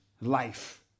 life